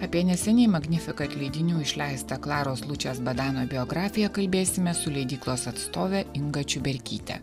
apie neseniai magnifikat leidinių išleistą klaros lučijos badano biografiją kalbėsime su leidyklos atstovė inga čiuberkyte